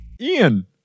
Ian